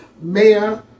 mayor